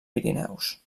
pirineus